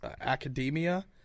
academia